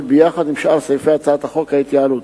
ביחד עם שאר סעיפי הצעת חוק ההתייעלות,